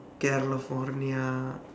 california